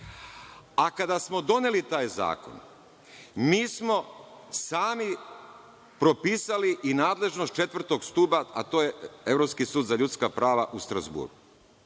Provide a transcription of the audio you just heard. Kada smo doneli taj zakon, mi smo sami propisali nadležnost četvrtog stuba, a to je Evropski sud za ljudska prava u Strazburu.